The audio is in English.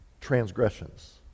transgressions